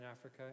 Africa